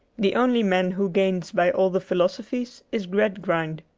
the only man who gains by all the philosophies is gradgrind.